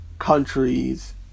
countries